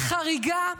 היא חריגה,